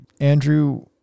Andrew